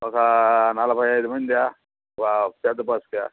ఒక నలభై ఐదు మంది పెద్ద బస్సుకు